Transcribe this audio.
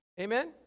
Amen